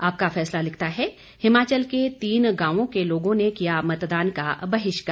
आपका फैसला लिखता है हिमाचल के तीन गांवों के लोगों ने किया मतदान का बहिष्कार